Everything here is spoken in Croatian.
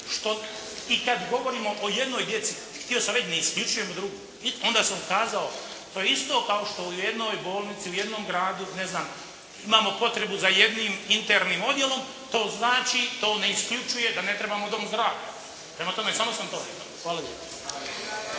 i kada govorimo o jednoj djeci, htio sam reći ne isključujemo drugu onda sam kazao, to je isto kao što u jednoj bolnici, u jednom gradu imamo potrebu za jednim internim odjelom, to znači, to ne isključuje da ne trebamo dom zdravlja. Prema tome, samo sam to rekao.